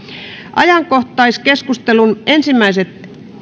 ajankohtaiskeskustelun ensimmäiset